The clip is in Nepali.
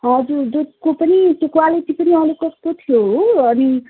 हजुर दुधको पनि त्यो क्वालिटी पनि अलिक कस्तो थियो हो अनि